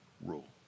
rule